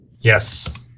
Yes